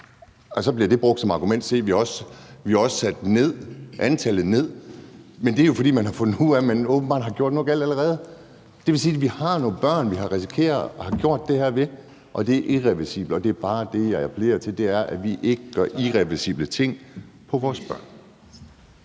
det så bliver brugt som argument, at se, vi har også sat antallet ned. Men det er jo, fordi man allerede har fundet ud af, at man åbenbart har gjort noget galt. Det vil sige, at vi har nogle børn, vi risikerer at have gjort det her ved, som er irreversibelt. Og der er det bare, jeg appellerer til, at vi ikke gør nogle irreversible ting på vores børn.